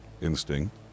Instinct